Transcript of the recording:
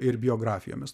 ir biografijomis